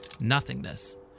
nothingness